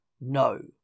No